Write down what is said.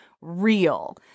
real